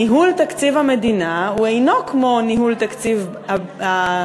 ניהול תקציב במדינה הוא אינו כמו ניהול תקציב הבית,